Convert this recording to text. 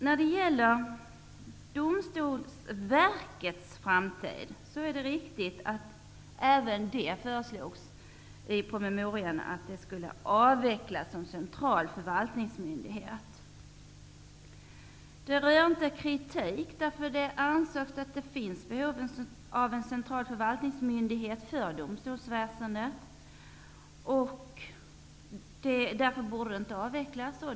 Vad gäller Domstolsverkets framtid är det riktigt att det i den nämnda promemorian föreslogs att Domstolsverket skulle avvecklas som central förvaltningsmyndighet. Förslaget rönte kritik därför att man ansåg att det behövdes en central förvaltningsmyndighet för domstolsväsendet. Därför borde Domstolsverket inte avvecklas.